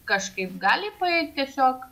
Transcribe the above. kažkaip gali paeiti tiesiog